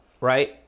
right